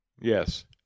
Yes